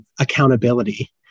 accountability